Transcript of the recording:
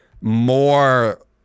more